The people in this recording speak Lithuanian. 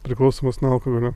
priklausomas nuo alkoholio